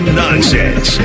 nonsense